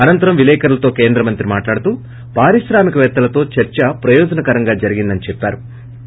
అనంతరాం విలేకర్లతో కేంద్రమంత్రి మాట్లాడుతూ పారిశ్రామికవేత్తలతో చర్చ ప్రయోజనకరంగా జరిగిందని చెప్పారు